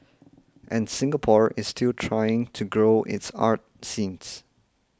and Singapore is still trying to grow its arts scene